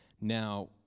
Now